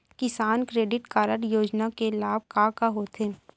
किसान credit card योजना के लाभ का का होथे?